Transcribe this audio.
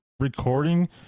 recording